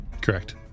correct